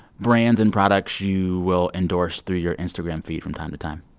brands and products you will endorse through your instagram feed from time to time